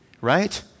right